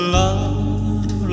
love